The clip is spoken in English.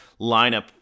lineup